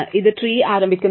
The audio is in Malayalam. ഇത് ട്രീ ആരംഭിക്കുന്നു